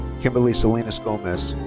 kimberly salinas gomez.